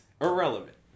irrelevant